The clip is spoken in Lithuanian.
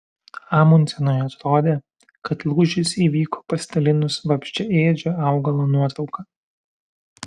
amundsenui atrodė kad lūžis įvyko pasidalinus vabzdžiaėdžio augalo nuotrauka